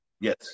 Yes